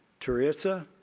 tarissa.